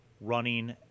running